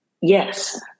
yes